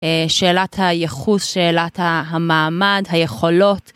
שאלת היחוס, שאלת המעמד, היכולות.